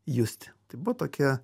justi tai buvo tokia